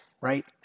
right